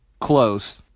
Close